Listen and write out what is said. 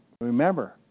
remember